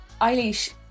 Eilish